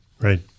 Right